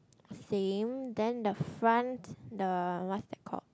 same then the front the what's that called